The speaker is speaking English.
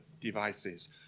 devices